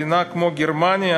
מדינה כמו גרמניה,